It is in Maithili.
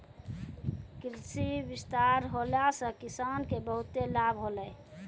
कृषि विस्तार होला से किसान के बहुते लाभ होलै